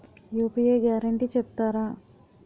UPI guarantee చెప్తారా?